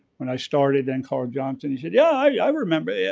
when i started and carl johnson, he said yeah yeah i remember.